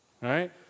right